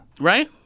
Right